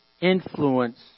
influence